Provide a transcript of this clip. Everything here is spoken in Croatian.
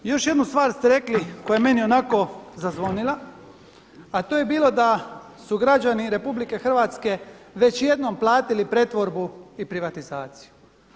Još jednu stvar ste rekli koja je meni onako zazvonila, a to je bilo da su građani RH već jednom platili pretvorbu i privatizaciju.